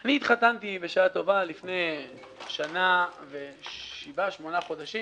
אני התחתנתי בשעה טובה לפני שנה ושבעה שמונה חודשים.